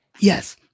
Yes